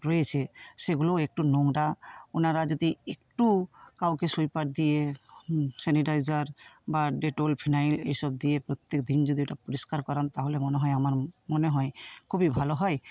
রয়েছে সেগুলো একটু নোংরা ওনারা যদি একটু কাউকে সুইপার দিয়ে স্যানিটাইজার বা ডেটল ফিনাইল এসব দিয়ে প্রত্যেকদিন যদি ওটা পরিষ্কার করান তাহলে মনে হয় আমার মনে হয় খুবই ভালো হয়